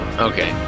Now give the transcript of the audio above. Okay